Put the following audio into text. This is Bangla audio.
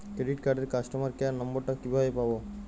ক্রেডিট কার্ডের কাস্টমার কেয়ার নম্বর টা কিভাবে পাবো?